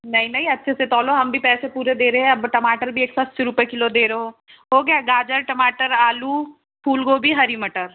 नहीं नहीं अच्छे से तौलो हम भी पैसे पूरे दे रहे हैं अब टमाटर भी एक सौ अस्सी रूपए किलो दे रहे हो हो गया गाजर टमाटर आलू फूल गोभी हरी मटर